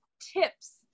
tips